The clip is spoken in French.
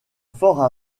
fort